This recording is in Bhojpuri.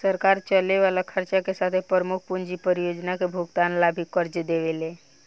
सरकार चले वाला खर्चा के साथे प्रमुख पूंजी परियोजना के भुगतान ला भी कर्ज देवेले